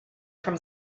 from